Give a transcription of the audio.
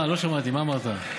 לא שמעתי מה אמרת.